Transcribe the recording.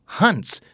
hunts